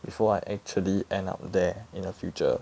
before I actually end up there in the future